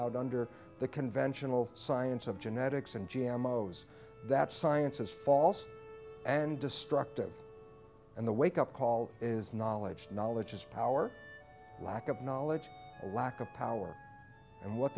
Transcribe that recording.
out under the conventional science of genetics and g m most that science is false and destructive and the wake up call is knowledge knowledge is power lack of knowledge lack of power and what